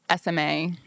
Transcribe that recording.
SMA